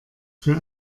für